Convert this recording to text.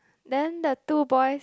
then the two boys